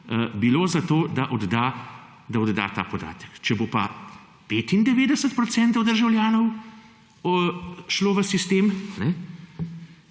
bilo za to, da odda ta podatek. Če bo pa 95 % državljanov šlo v sistem,